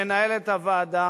שלא נמצא כאן, למנהלת הוועדה